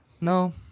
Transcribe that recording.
No